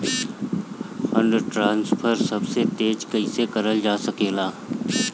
Fund transfer सबसे तेज कइसे करल जा सकेला?